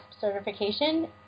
certification